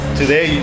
today